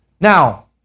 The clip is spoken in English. Now